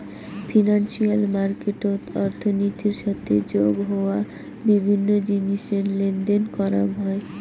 financial মার্কেটত অর্থনীতির সাথে যোগ হওয়া বিভিন্ন জিনিসের লেনদেন করাং হই